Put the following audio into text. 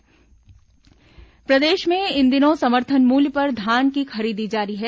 धान खरीदी प्रदेश में इन दिनों समर्थन मूल्य पर धान की खरीदी जारी है